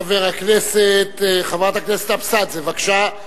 חברת הכנסת אבסדזה, בבקשה.